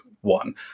one